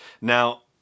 Now